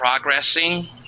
progressing